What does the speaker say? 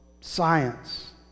science